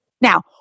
Now